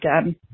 again